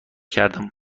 کردم